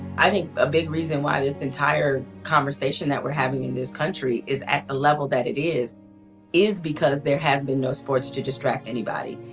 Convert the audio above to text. i think a big reason why this entire conversation that we're having in this country is at the level that it is is because there has been no sports to distract anybody,